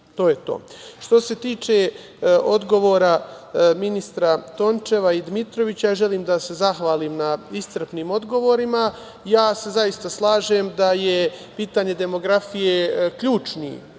To je to. Što se tiče odgovora ministra Tončeva i Dmitrovića želim da se zahvalim na iscrpnim odgovorima. Ja sa zaista slažem da je pitanje demografije ključni